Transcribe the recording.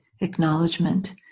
acknowledgement